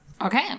Okay